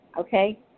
okay